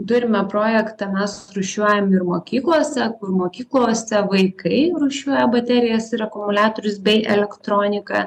turime projektą mes rūšiuojam ir mokyklose kur mokyklose vaikai rūšiuoja baterijas ir akumuliatorius bei elektroniką